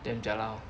damn orh